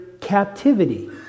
captivity